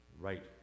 Right